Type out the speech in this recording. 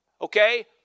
Okay